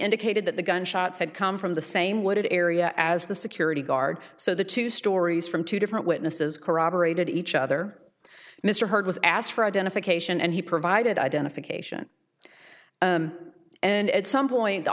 indicated that the gunshots had come from the same wooded area as the security guard so the two stories from two different witnesses corroborated each other mr heard was asked for identification and he provided identification and at some point the